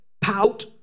pout